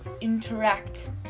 interact